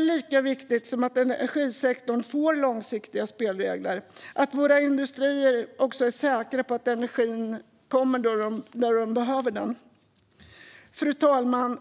Lika viktigt som att energisektorn får långsiktiga spelregler är det att våra industrier är säkra på att energin kommer dit där den behövs. Fru talman!